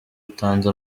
utanze